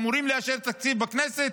אמורים לאשר תקציב בכנסת